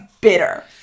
bitter